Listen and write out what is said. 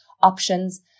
options